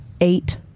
Eight